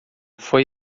foi